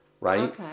Right